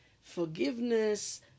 forgiveness